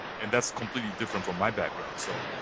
and that's completely different from my background. so